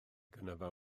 ganddo